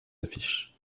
affiches